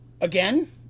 Again